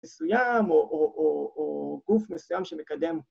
מסוים, או גוף מסוים שמקדם.